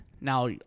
now